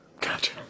Gotcha